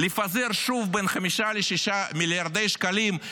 לפזר שוב בין 5 ל-6 מיליארדי שקלים,